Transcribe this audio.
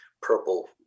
purple